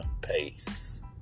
pace